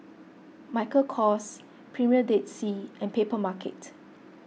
Michael Kors Premier Dead Sea and Papermarket